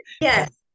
Yes